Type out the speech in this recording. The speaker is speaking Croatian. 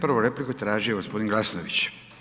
Prvu repliku je tražio gospodin Glasnović.